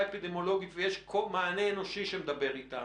אפידמיולוגית ויש מענה אנושי שמדבר אתם,